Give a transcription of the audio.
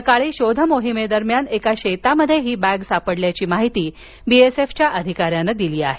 सकाळी शोधमोहिमेदरम्यान एकाशेतात ही बॅग सापडल्याची माहिती बीएसएफ अधिकाऱ्यानं दिली आहे